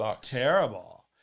terrible